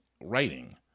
writing